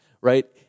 right